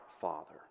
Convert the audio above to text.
Father